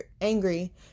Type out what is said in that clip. angry